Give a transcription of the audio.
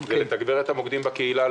לתגבר את המוקדים בקהילה,